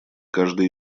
каждой